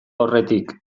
aurretik